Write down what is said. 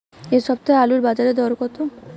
এ সপ্তাহে আলুর বাজারে দর কত?